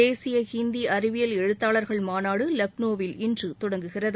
தேசிய ஹிந்தி அறிவியல் எழுத்தாளர்கள் மாநாடு லக்னோவில் இன்று தொடங்குகிறது